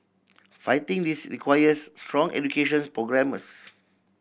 fighting this requires strong education programmes